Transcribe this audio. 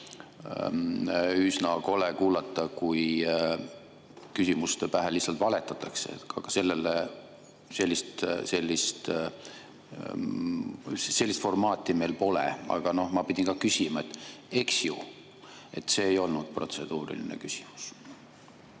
üsna kole kuulata, kui küsimuste pähe lihtsalt valetatakse. Sellist formaati meil pole. Aga ma pidingi seda küsima: eks ju, see ei olnud protseduuriline küsimus?